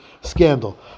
scandal